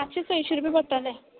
पांचशे सयशें रुपये पडटले